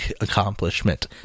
accomplishment